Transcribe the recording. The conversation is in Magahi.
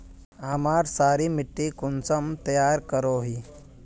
हमार क्षारी मिट्टी कुंसम तैयार करोही?